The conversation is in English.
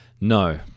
No